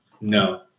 No